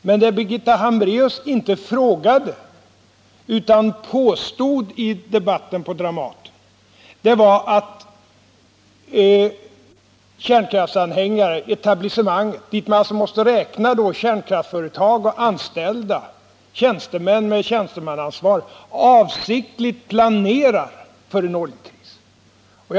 Men det Birgitta Hambraeus inte frågade utan påstod i debatten på Dramaten, det var att kärnkraftsanhängaretablissemanget, dit man måste räkna kärnkraftsföretag och anställda, tjänstemän med tjänstemannaansvar, avsiktligt planerar för en oljekris.